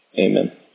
Amen